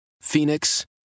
Phoenix